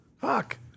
fuck